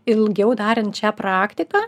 ilgiau darant šią praktiką